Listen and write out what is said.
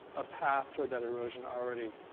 a path toward that erosion already